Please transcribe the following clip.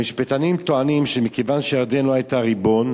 המשפטנים טוענים שמכיוון שירדן לא היתה ריבון,